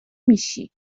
میشی